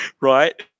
right